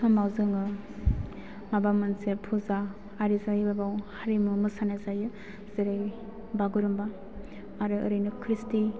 समाव जोङो माबा मोनसे फुजा आरि जायोबा बेयाव हारिमु मोसानाय जायो जेरै बागुरुम्बा आरो ओरैनो क्रिस्टि